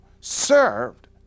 served